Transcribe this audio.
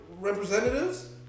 representatives